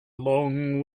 long